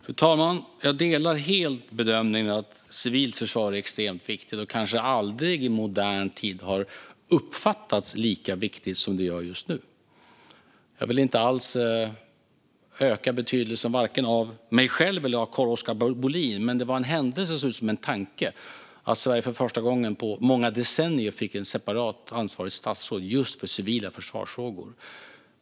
Fru talman! Jag delar helt bedömningen att civilt försvar är extremt viktigt. Det har kanske aldrig tidigare i modern tid uppfattats som lika viktigt som just nu. Jag vill inte öka betydelsen av vare sig mig själv eller Carl-Oskar Bohlin, men det är en händelse som ser ut som en tanke att Sverige för första gången på många decennier har fått ett separat ansvarigt statsråd för just civila försvarsfrågor.